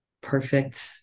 perfect